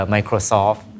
Microsoft